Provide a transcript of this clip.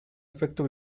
efecto